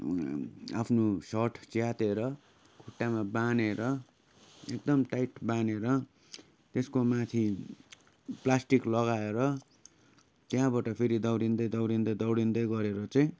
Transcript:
आफ्नु सर्ट च्यातेर खुट्टामा बाँधेर एकदम टाइट बाँधेर त्यसको माथि प्लास्टिक लगाएर त्यहाँबाट फेरि दौडिँदै दोडिँदै दौडिँदै गरेर चाहिँ